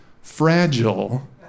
Fragile